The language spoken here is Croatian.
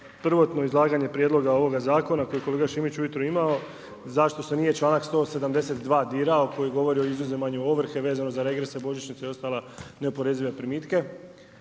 prvotno izlaganje prijedloga ovoga zakona kojeg je kolega Šimić ujutro imao zašto se nije članak 172. dirao, a koji govori o izuzimanju ovrhe a vezano za regrese, božićnice i ostala neoporezive primitke.